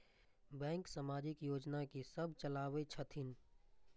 Bank समाजिक योजना की सब चलावै छथिन?